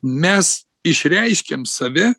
mes išreiškiam save